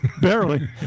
barely